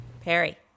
Perry